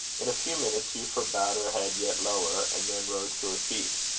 in a few minutes euphra bowed her head yet lower, and then rose to her feet.